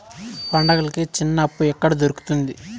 పండుగలకి చిన్న అప్పు ఎక్కడ దొరుకుతుంది